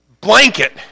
blanket